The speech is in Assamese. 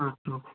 অঁ